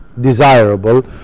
desirable